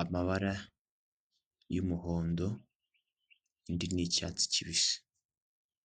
amabara y'umuhondo indi n'icyatsi kibisi.